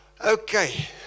okay